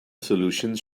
solutions